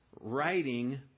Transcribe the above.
writing